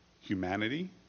humanity